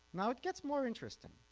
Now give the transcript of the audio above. now it gets more interesting.